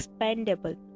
expandable